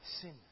sin